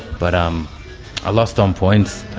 but um i lost on points.